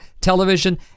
television